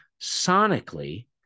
sonically